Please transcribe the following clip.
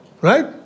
right